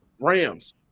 Rams